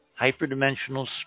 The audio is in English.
hyperdimensional